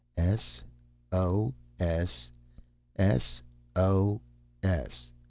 s o s. s o s.